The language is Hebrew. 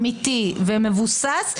אמיתי ומבוסס,